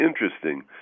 interesting